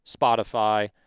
Spotify